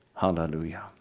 Hallelujah